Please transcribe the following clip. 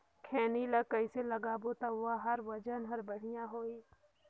खैनी ला कइसे लगाबो ता ओहार वजन हर बेडिया होही?